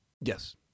Yes